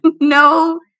No